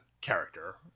character